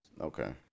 Okay